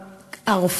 אני לא